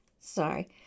Sorry